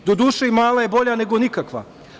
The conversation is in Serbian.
Doduše, i mala je bolja nego nikakva.